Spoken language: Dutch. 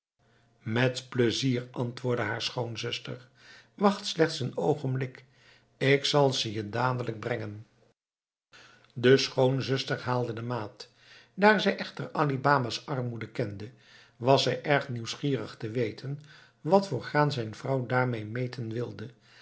met plezier antwoordde haar schoonzuster wacht slechts een oogenblik ik zal ze je dadelijk brengen de schoonzuster haalde de maat daar zij echter ali baba's armoede kende was zij erg nieuwsgierig te weten wat voor graan zijn vrouw daarmee meten wilde